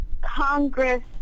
Congress